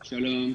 שלום.